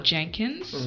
Jenkins